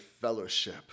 fellowship